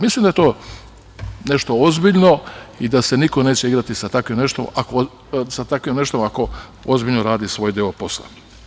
Mislim da je to nešto ozbiljno i da se niko neće igrati sa takvim nečim ako ozbiljno radi svoj deo posla.